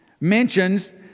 mentions